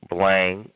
Blank